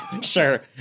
sure